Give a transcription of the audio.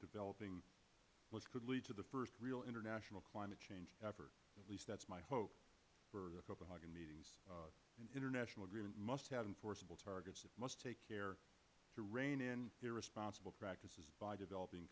developing what could lead to the first real international climate change ever at least that is my hope for the copenhagen meetings an international agreement must have enforceable targets must take care to rein in irresponsible practices by developing